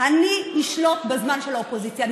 אני אשלוט בזמן של האופוזיציה.